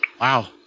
wow